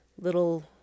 little